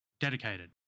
dedicated